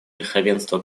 верховенства